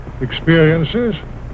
experiences